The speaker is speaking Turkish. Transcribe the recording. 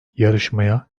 yarışmaya